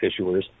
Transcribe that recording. issuers